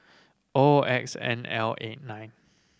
O X N L eight nine